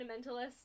fundamentalist